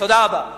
תודה רבה.